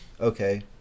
Okay